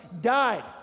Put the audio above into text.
died